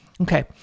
Okay